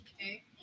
okay